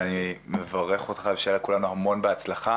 ואני ומברך אותך ושתהיה לכולנו המון הצלחה.